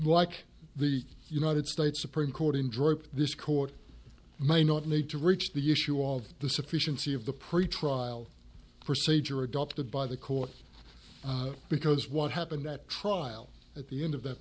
like the united states supreme court in drop this court may not need to reach the issue of the sufficiency of the pretrial procedure adopted by the court because what happened that trial at the end of th